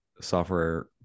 software